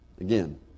Again